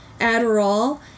Adderall